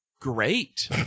great